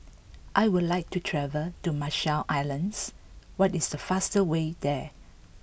I would like to travel to Marshall Islands what is the fastest way there